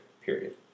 period